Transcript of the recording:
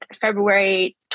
February